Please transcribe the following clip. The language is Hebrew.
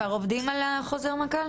ואתם כבר עובדים על החוזר מנכ"ל?